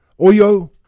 -Oyo